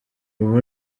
ubu